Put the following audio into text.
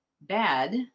Bad